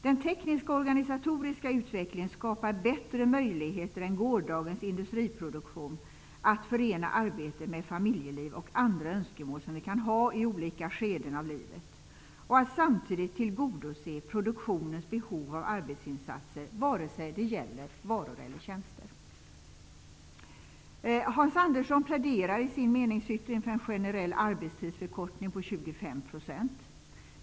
Den tekniska och organisatoriska utvecklingen skapar bättre möjligheter än gårdagens industriproduktion att förena arbete med familjeliv och andra önskemål som vi kan ha i olika skeden av livet och att samtidigt tillgodose produktionsapparatens behov av arbetsinsatser, vare sig det gäller varor eller tjänster. Hans Andersson pläderar i sin meningsyttring för en generell arbetstidsförkortning på 25 %.